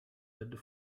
had